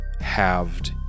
halved